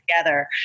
together